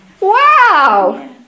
wow